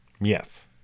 Yes